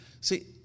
See